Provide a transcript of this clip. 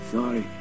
Sorry